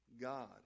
God